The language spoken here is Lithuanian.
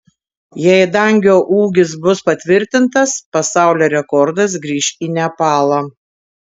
jei dangio ūgis bus patvirtintas pasaulio rekordas grįš į nepalą